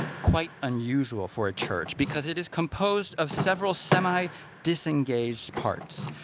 quite unusual for a church, because it is composed of several semi-disengaged parts.